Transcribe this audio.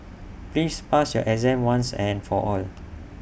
please pass your exam once and for all